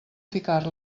ficar